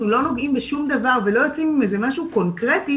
לא נוגעים בשום דבר ולא יוצאים עם משהו קונקרטי